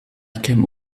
came